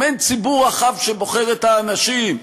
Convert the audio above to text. אם אין ציבור רחב שבוחר את האנשים,